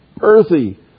earthy